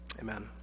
Amen